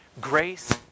Grace